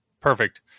Perfect